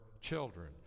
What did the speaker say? children